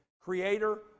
Creator